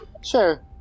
Sure